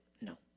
No